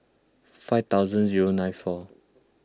five thousand zero nine four